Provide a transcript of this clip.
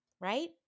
Right